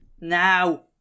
Now